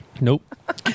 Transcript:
nope